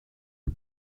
der